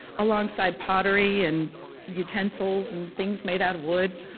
alongside pottery and utensils and things made out of wood.